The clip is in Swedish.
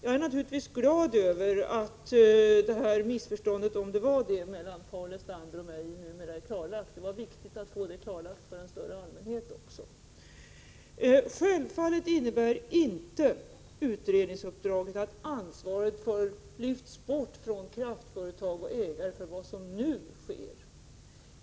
Jag är naturligtvis glad över att missförståndet — om det var ett sådant — mellan Paul Lestander och mig numera är klarlagt. Det är viktigt att få detta klarlagt även för en större allmänhet. Självfallet innebär inte utredningsuppdraget att ansvaret för vad som nu sker lyfts bort från kraftföretag och ägare.